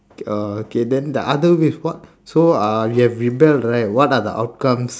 okay uh okay then the other ways what so uh you have rebelled right what are the outcomes